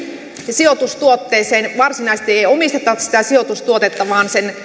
sijoitustuotteeseen varsinaisesti ei ei omisteta sitä sijoitustuotetta vaan sen